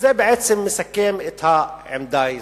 זה מסכם את העמדה הישראלית,